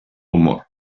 humor